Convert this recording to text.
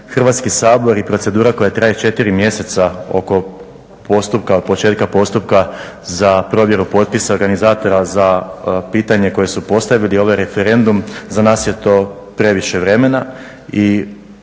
Hrvatski sabor i procedura koja traje četiri mjeseca oko postupka, od početka postupka za provjeru potpisa organizatora za pitanje koje su postavili ovaj referendum, za nas je to previše vremena